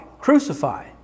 crucify